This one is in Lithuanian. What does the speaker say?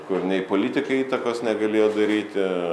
kur nei politikai įtakos negalėjo daryti